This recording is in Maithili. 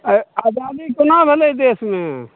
आ आजादी कोना भेलय देशमे